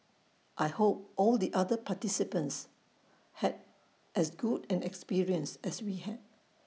I hope all the other participants had as good an experience as we had